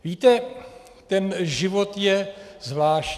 Víte, ten život je zvláštní.